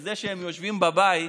כי זה שהם יושבים בבית